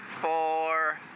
four